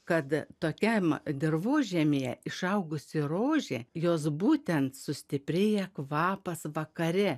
kad tokiam dirvožemyje išaugusi rožė jos būtent sustiprėja kvapas vakare